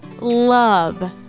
love